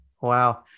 wow